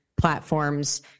platforms